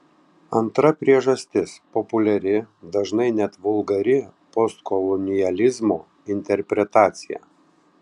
antra priežastis populiari dažnai net vulgari postkolonializmo interpretacija